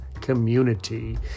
community